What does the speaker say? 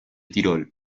tirol